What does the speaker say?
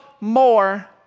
more